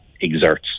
exerts